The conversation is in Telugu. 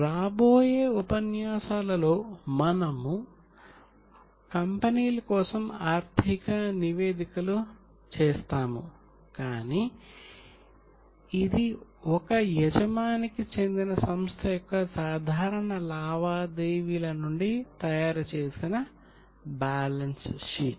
రాబోయే ఉపన్యాసాలలో మనము కంపెనీల కోసం ఆర్థిక నివేదికలు చేస్తాము కానీ ఇది ఒక యజమానికి చెందిన సంస్థ యొక్క సాధారణ లావాదేవీల నుండి తయారుచేసిన బ్యాలెన్స్ షీట్